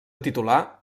titular